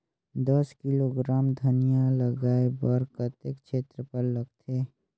दस किलोग्राम धनिया लगाय बर कतेक क्षेत्रफल लगथे?